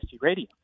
Radio